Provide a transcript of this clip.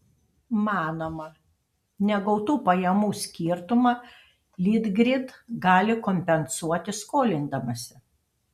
manoma negautų pajamų skirtumą litgrid gali kompensuoti skolindamasi